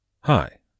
hi